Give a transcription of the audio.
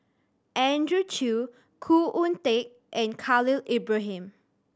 Andrew Chew Khoo Oon Teik and Khalil Ibrahim